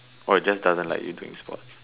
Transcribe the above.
oh just tell them like you're doing sports